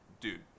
Dude